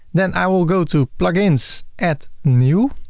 then i will go to plugins. add new